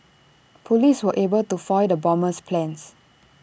Police were able to foiled the bomber's plans